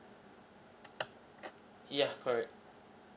yeah correct